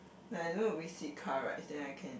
like I don't know we sit car rides then I can